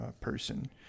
person